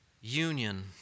union